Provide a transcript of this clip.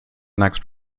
next